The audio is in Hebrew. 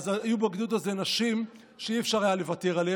היו בגדוד הזה נשים שלא היה אפשר לוותר עליהן.